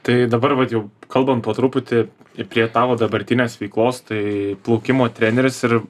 tai dabar vat jau kalbant po truputį prie tavo dabartinės veiklos tai plaukimo treneris ir